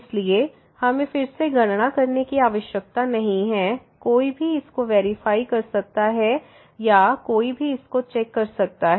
इसलिए हमें फिर से गणना करने की आवश्यकता नहीं है कोई भी इसको वेरीफाई कर सकता है या कोई भी इसको चेक कर सकता है